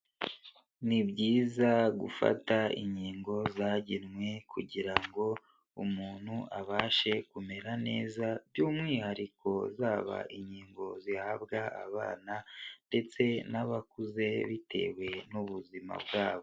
Ni byiza gufata inkingo zagenwe kugira ngo umuntu abashe kumera neza, by'umwihariko zaba inkingo zihabwa abana, ndetse n'abakuze bitewe n'ubuzima bwabo.